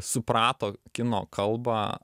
suprato kino kalbą